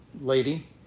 lady